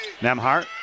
Nemhart